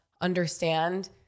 understand